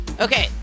Okay